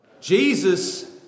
Jesus